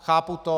Chápu to.